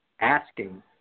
asking